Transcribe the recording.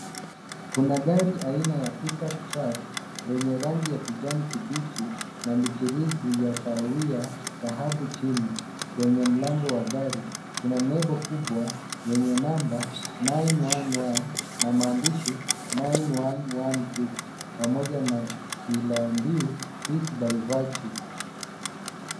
Kuna gari aina ya pick up track lenye rangi ya kijani kibichi na michirizi ya kahawia dhahabu chini. Kwenye mlango wa gari kuna nembo kubwa yenye namba 911 na maandishi 911 group pamoja na kilambio peace by virtue .